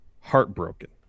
heartbroken